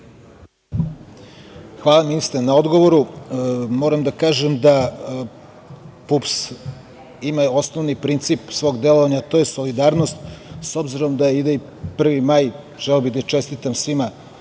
Hvala, ministre na odgovoru. Moram da kažem da PUPS ima osnovni princip svog delovanja, a to je solidarnost. S obzirom da ide i 1. maj, želeo bih da čestitam svima